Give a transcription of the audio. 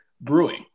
brewing